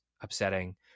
upsetting